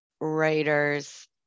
writers